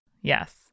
Yes